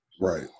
right